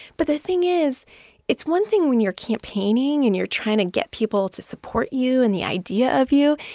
but the thing is it's one thing when you're campaigning and you're trying to get people to support you and the idea of you.